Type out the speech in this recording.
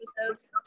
episodes